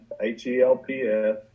H-E-L-P-S